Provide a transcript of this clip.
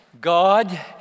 God